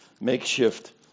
makeshift